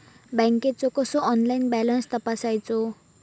बँकेचो कसो online balance तपासायचो?